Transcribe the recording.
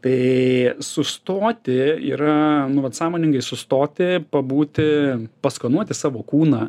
tai sustoti yra nu vat sąmoningai sustoti pabūti paskanuoti savo kūną